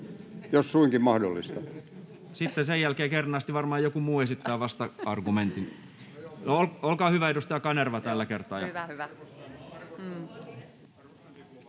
jos suinkin mahdollista!] — Sitten sen jälkeen kernaasti varmaan joku muu esittää vasta-argumentin. — No, olkaa hyvä, edustaja Kanerva, tällä kertaa. Arvostan